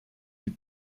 die